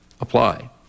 apply